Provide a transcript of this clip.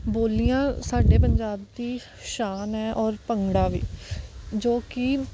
ਬੋਲੀਆਂ ਸਾਡੇ ਪੰਜਾਬ ਦੀ ਸ਼ਾਨ ਹੈ ਅੋਰ ਭੰਗੜਾ ਵੀ ਜੋ ਕਿ